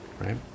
right